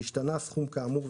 השתנה סכום כאמור,